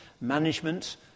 management